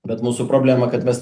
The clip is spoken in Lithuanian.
bet mūsų problema kad mes